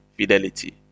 fidelity